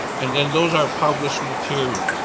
and then those are published materials.